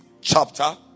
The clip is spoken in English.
chapter